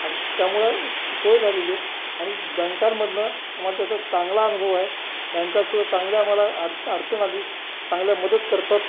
आ त्यामुळं ती सोय झालेली आहे आणि बँकांमधनं आम्हाला त्याचा चांगला अनुभव आहे बँकासुद्धा चांगल्या आम्हाला अडच अडचण आली तर चांगल्या मदत करतात